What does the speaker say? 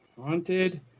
Haunted